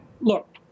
look